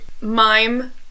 mime